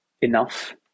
enough